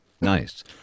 Nice